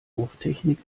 wurftechnik